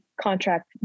contract